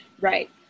right